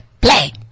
Play